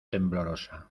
temblorosa